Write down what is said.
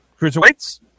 Cruiserweights